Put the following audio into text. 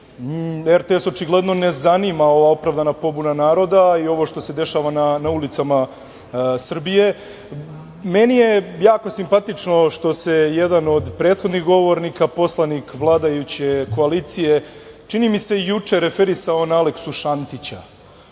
RTS očigledno ne zanima ova opravdana pobuna naroda i ovo što se dešava na ulicama Srbije. Meni je jako simpatično što se jedan od prethodnih govornika, poslanik vladajuće koalicije, čini mi se i juče, referisao na Aleksu Šantića.